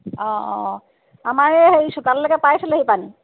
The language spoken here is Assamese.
অঁ অঁ আমাৰ এই হেৰি চোতাললৈকে পাইছিলেহি পানী